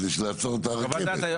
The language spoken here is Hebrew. כדי לעצור את הרכבת.